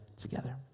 together